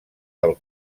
del